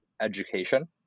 education